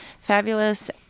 fabulous